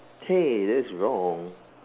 hey that's wrong